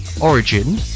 Origin